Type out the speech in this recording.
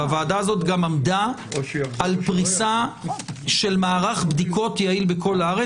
הוועדה הזאת עמדה על פריסה של מערך בדיקות יעיל ברחבי הארץ.